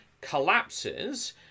collapses